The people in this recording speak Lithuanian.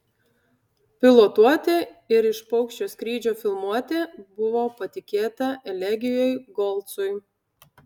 pilotuoti ir iš paukščio skrydžio filmuoti buvo patikėta elegijui golcui